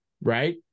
right